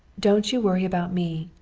don't you worry about me.